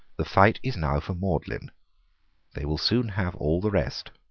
the fight is now for magdalene. they will soon have all the rest.